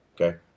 Okay